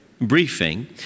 briefing